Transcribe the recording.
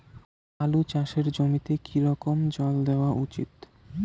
আলু চাষের জমিতে কি রকম জল দেওয়া উচিৎ?